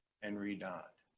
and re-donned.